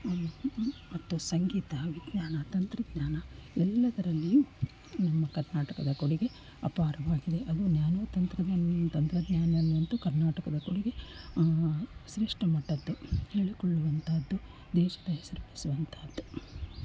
ಮತ್ತು ಸಂಗೀತ ವಿಜ್ಞಾನ ತಂತ್ರಜ್ಞಾನ ಎಲ್ಲದರಲ್ಲಿಯು ನಮ್ಮ ಕರ್ನಾಟಕದ ಕೊಡುಗೆ ಅಪಾರವಾಗಿದೆ ಅದು ನ್ಯಾನೋ ತಂತ್ರಜ್ಞಾನ ತಂತ್ರಜ್ಞಾನದಲ್ಲಂತು ಕರ್ನಾಟಕದ ಕೊಡುಗೆ ಶ್ರೇಷ್ಠ ಮಟ್ಟದ್ದು ಹೇಳಿಕೊಳ್ಳುವಂತಹದ್ದು ದೇಶದ ಹೆಸರು ಉಳಿಸುವಂತಹದ್ದು